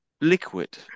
liquid